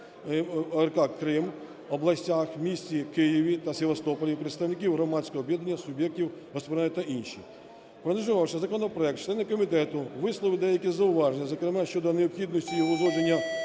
(АРК) Крим, областях, у місті Києві та Севастополі, представників громадського об'єднання суб'єктів господарювання та інші. Проаналізувавши законопроект, члени комітету висловили деякі зауваження, зокрема щодо необхідності його узгодження